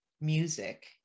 music